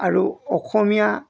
আৰু অসমীয়া